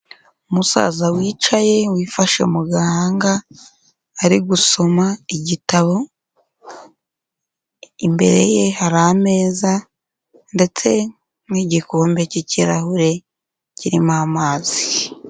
Umusaza wicaye wifashe mu gahanga ari gusoma igitabo, imbere ye hari ameza ndetse n'igikombe cy'ikirahure kirimo amazi.